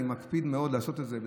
אני מקפיד מאוד לעשות את זה,